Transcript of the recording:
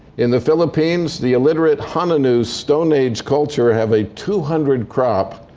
in the philippines, the illiterate hanunoo stone age culture have a two hundred crop,